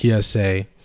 psa